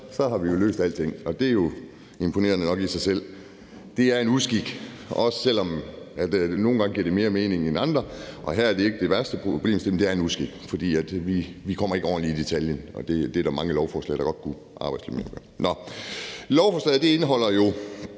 så har vi løst alting – det er jo imponerende. Det her er en uskik, også selv om det nogle gange giver mere mening end andre, og det her er ikke det værste eksempel på det problem. Det er en uskik, for vi kommer ikke ordentligt i detaljen, og det er der mange lovforslag, der godt kunne bruge. Lovforslaget indeholder jo